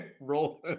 Roll